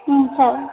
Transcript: sir